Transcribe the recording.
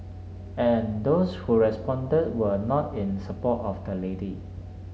and those who responded were not in support of the lady